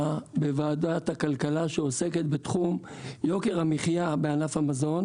בוועדת הכלכלה שעוסקת בתחום יוקר המחיה בענף המזון.